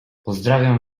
pozdrawiam